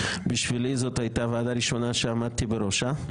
זאת היתה ועדה ראשונה שעמדתי בראשה.